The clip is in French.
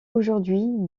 aujourd’hui